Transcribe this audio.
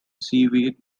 seaweed